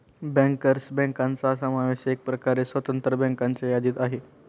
bankers बँकांचा समावेश एकप्रकारे स्वतंत्र बँकांच्या यादीत आहे